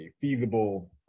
feasible